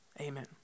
Amen